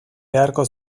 beharko